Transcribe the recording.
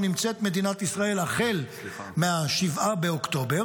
נמצאת מדינת ישראל החל מה-7 באוקטובר